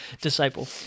disciple